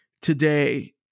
today